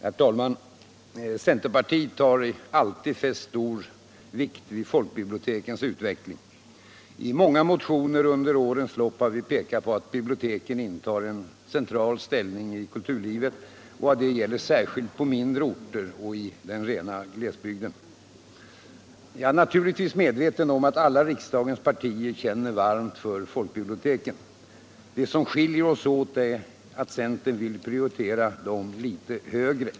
Herr talman! Centerpartiet har alltid fäst stor vikt vid folkbibliotekens utveckling. I många motioner under årens lopp har vi pekat på att biblioteken intar en central ställning i kulturlivet och att detta gäller särskilt på mindre orter och i den rena glesbygden. Jag är naturligtvis medveten om att alla riksdagens partier känner varmt för folkbiblioteken. Det som skiljer oss åt är att centern vill prioritera dem litet högre.